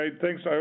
thanks